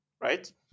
Right